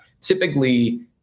Typically